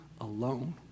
alone